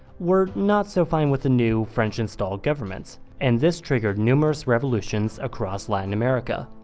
were not so fine with the new, french-installed government, and this triggered numerous revolutions across latin america.